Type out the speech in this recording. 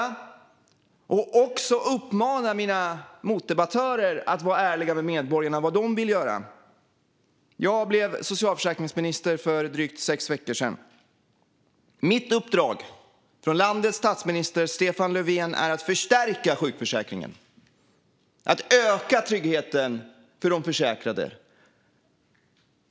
Jag vill också uppmana mina motdebattörer att vara ärliga mot medborgarna om vad de vill göra. Jag blev socialförsäkringsminister för drygt sex veckor sedan. Mitt uppdrag från landets statsminister, Stefan Löfven, är att förstärka sjukförsäkringen och öka tryggheten för de försäkrade.